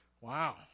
wow